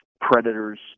predators